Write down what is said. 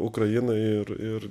ukrainai ir ir